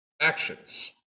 actions